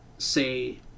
say